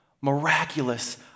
miraculous